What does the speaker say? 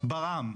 ברעם.